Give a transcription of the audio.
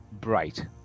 bright